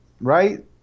right